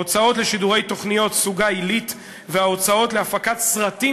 ההוצאות לשידורי תוכניות סוגה עילית וההוצאות להפקת סרטים